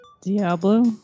Diablo